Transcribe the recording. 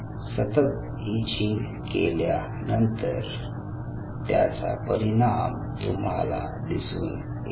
सतत ईचींग केल्यानंतर त्याचा परिणाम तुम्हाला दिसून येईल